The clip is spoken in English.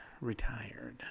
retired